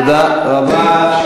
תודה רבה.